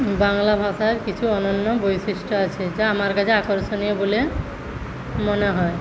বাংলা ভাষায় কিছু অনন্য বৈশিষ্ট্য আছে যা আমার কাছে আকর্ষণীয় বলে মনে হয়